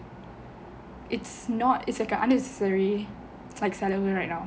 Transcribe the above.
it's not it's like a unnecessary like செலவு:selavu